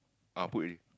ah put already